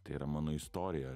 tai yra mano istorija